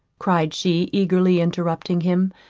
cried she, eagerly interrupting him,